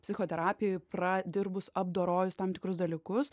psichoterapijoj pradirbus apdorojus tam tikrus dalykus